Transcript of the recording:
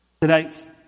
Today's